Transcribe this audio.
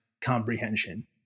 comprehension